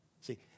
See